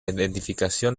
identificación